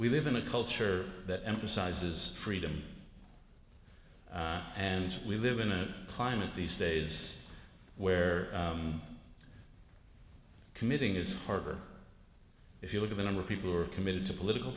we live in a culture that emphasizes freedom and we live in a climate these days where committing is harder if you look at the number of people who are committed to political